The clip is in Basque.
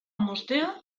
moztea